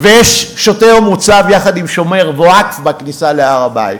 ויש שוטר שמוצב יחד עם שומר ווקף בכניסה להר-הבית.